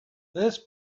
this